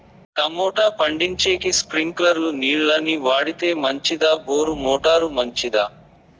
Tomato పండించేకి స్ప్రింక్లర్లు నీళ్ళ ని వాడితే మంచిదా బోరు మోటారు మంచిదా?